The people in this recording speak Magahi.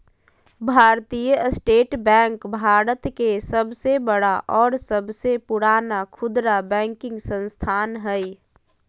भारतीय स्टेट बैंक भारत के सबसे बड़ा और सबसे पुराना खुदरा बैंकिंग संस्थान हइ